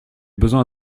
besoin